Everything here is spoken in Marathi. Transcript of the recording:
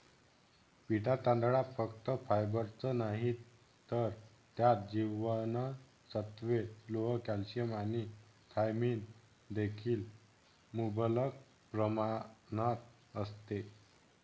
पिटा तांदळात फक्त फायबरच नाही तर त्यात जीवनसत्त्वे, लोह, कॅल्शियम आणि थायमिन देखील मुबलक प्रमाणात असते